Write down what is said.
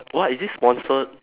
!wah! is this sponsored